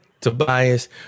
Tobias